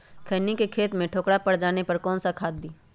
खैनी के खेत में ठोकरा पर जाने पर कौन सा खाद दी?